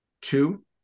two